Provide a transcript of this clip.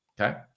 Okay